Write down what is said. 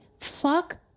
Fuck